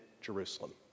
Jerusalem